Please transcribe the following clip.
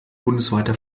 bundesweiter